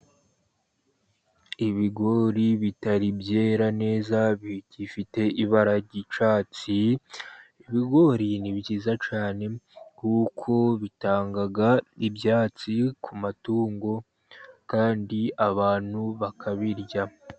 Ibigori bitari byera neza bigifite ibara ry'icyatsi, ibigori ni byiza cyane, kuko bitanga ibyatsi ku matungo, kandi abantu bakabirya.